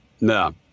no